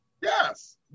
Yes